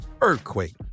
Earthquake